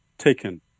taken